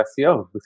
SEO